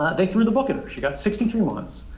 they threw the book at her. she got sixty three months,